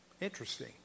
Interesting